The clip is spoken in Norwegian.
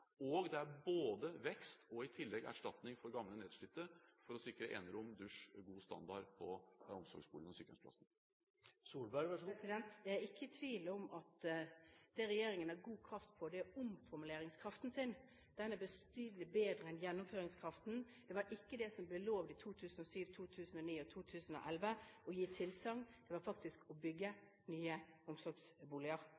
og det er vekst, og i tillegg om erstatning for gamle, nedslitte, for å sikre enerom, dusj og god standard på omsorgsboligene og sykehjemsplassene. Jeg er ikke i tvil om at det regjeringen har god kraft på, er omformuleringskraften sin – den er betydelig bedre enn gjennomføringskraften. Det var ikke det som ble lovd i 2007, i 2009 og i 2011 – å gi tilsagn – det var faktisk å